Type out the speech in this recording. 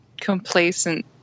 complacent